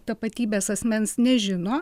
tapatybės asmens nežino